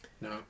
No